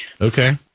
Okay